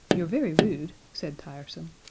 you're very rude, said tiresome.